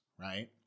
right